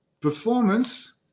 performance